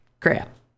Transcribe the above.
crap